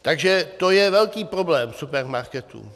Takže to je velký problém supermarketů.